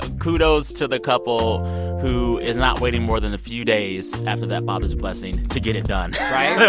kudos to the couple who is not waiting more than a few days after that father's blessing to get it done right? they're